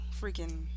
freaking